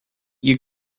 you